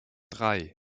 drei